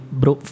bro